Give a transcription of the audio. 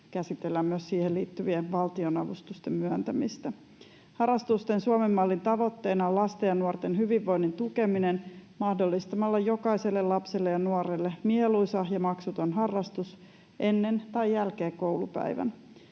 käsitellään myös siihen liittyvien valtionavustusten myöntämistä. Harrastamisen Suomen mallin tavoitteena on lasten ja nuorten hyvinvoinnin tukeminen mahdollistamalla jokaiselle lapselle ja nuorelle mieluisa ja maksuton harrastus ennen tai jälkeen koulupäivän.